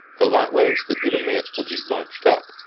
the light waves that it emits will be bunched up,